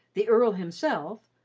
the earl himself,